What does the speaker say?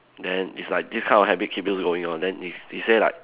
then it's like this kind of habit keeps you going on then he he say like